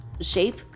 shape